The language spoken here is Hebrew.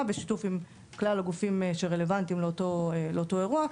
בשיתוף עם כלל הגופים שרלוונטיים לאותו אירוע.